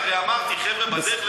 אני אומר לך שאני בדרך,